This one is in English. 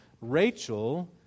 Rachel